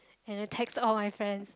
and then text all my friends